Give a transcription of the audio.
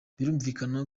birumvikana